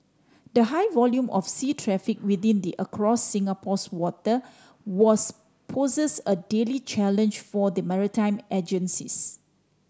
the high volume of sea traffic within it across Singapore's water was poses a daily challenge for the maritime agencies